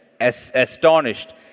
astonished